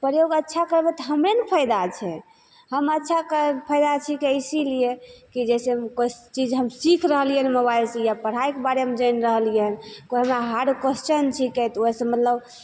प्रयोग अच्छा करबय तऽ हमरे ने फायदा छै हम अच्छा कऽ फायदा छै इसिलिए कि जैसे कि हम कोइ चीज सीख रहलियै हन मोबाइलसँ या पढ़ाइके बारेमे जानि रहलियै हन कोइ हमरा हार्ड क्वेश्चन छिकय तऽ ओइसँ मतलब